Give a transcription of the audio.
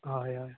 हय हय